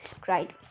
cried